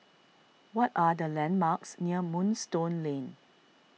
what are the landmarks near Moonstone Lane